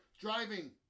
driving